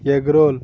egg roll